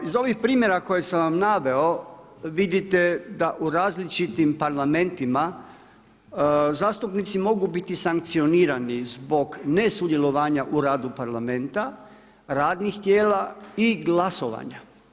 Iz ovih primjera koje sam vam naveo, vidite da u različitim parlamentima zastupnici mogu biti sankcionirani zbog nesudjelovanja u radu parlamenta, radnih tijela i glasovanja.